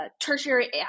tertiary